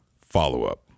follow-up